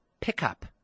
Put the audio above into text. pickup